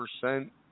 percent